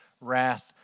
wrath